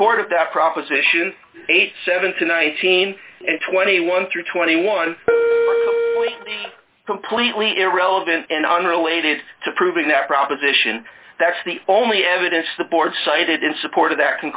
support of that proposition eighty seven tonight seen in twenty one through twenty one completely irrelevant and unrelated to proving that proposition that's the only evidence the board cited in support of that